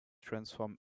transform